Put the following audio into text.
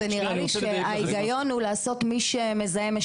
נראה לי שההיגיון הוא לעשות כך שמי שמזהם,